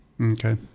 okay